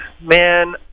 man